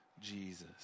Jesus